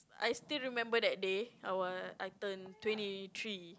I still remember that day I was I turn twenty three